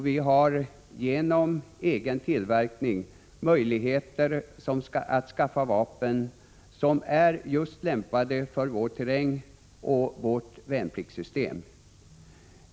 Vi har genom egen tillverkning möjligheter att skaffa vapen som är lämpade för vår terräng och vårt värnpliktssystem.